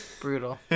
Brutal